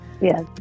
Yes